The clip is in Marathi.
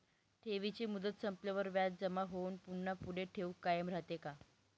ठेवीची मुदत संपल्यावर व्याज जमा होऊन पुन्हा पुढे ठेव कायम राहते का?